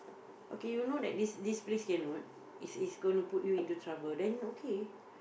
okay you know that this this is going to put you into trouble then okay